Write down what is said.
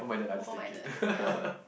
open minded ya